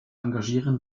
engagieren